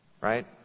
Right